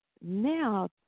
now